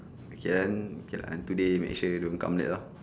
okay then okay lah today make sure you don't come late lor